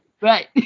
Right